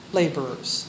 laborers